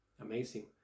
amazing